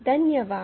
धन्यवाद